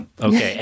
okay